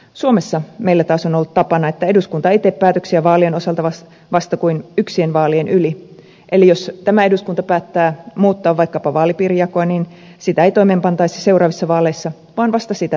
suomessa meillä taas on ollut tapana että eduskunta ei tee päätöksiä vaalien osalta vasta kuin yksien vaalien yli eli jos tämä eduskunta päättää muuttaa vaikkapa vaalipiirijakoa niin sitä ei toimeenpantaisi seuraavissa vaaleissa vaan vasta sitä seuraavissa